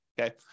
Okay